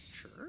sure